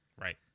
Right